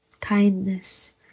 kindness